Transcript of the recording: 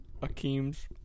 Akeem's